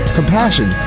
compassion